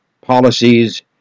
policies